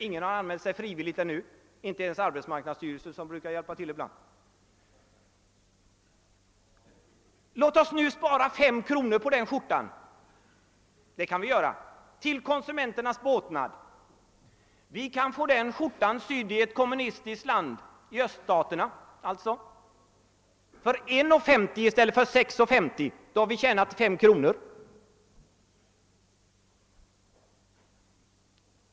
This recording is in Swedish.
Ingen har ännu anmält sig frivilligt — inte ens arbetsmarknads styrelsen som brukar hjälpa till ibland. Låt oss nu spara 5 kronor på den 'skjortan — det kan vi göra — till konsumenternas båtnad! Vi kan få skjortan sydd i ett kommunistiskt land, för 1:50 i stället för 6:50. Då kan vi tjäna 5 kronor.